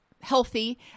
healthy